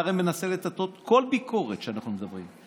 אתה הרי מנסה לטאטא כל ביקורת שאנחנו מדברים.